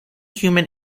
human